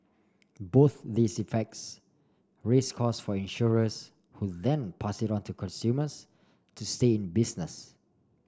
both these effects raise costs for insurers who then pass it on to consumers to stay in business